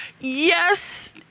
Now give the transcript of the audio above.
Yes